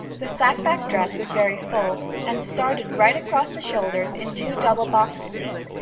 the sack-back dress was very full, and started right across the shoulders in two double box-pleats,